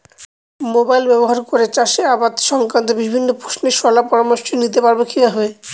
Mobile ব্যাবহার করে চাষের আবাদ সংক্রান্ত বিভিন্ন প্রশ্নের শলা পরামর্শ নিতে পারবো কিভাবে?